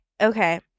Okay